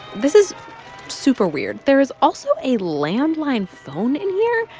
this is super weird. there is also a landline phone in here.